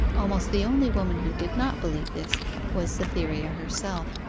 almost the only woman who did not believe this was cytherea herself,